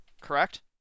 correct